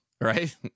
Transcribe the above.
Right